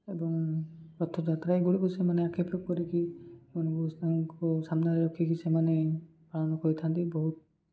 ଏବଂ ରଥଯାତ୍ରା ଏଗୁଡ଼ିକୁ ସେମାନେ ଆକ୍ଷେପ କରିକି ଏ ତାଙ୍କୁ ସାମ୍ନାରେ ରଖିକି ସେମାନେ ପାଳନ କରିଥାନ୍ତି ବହୁତ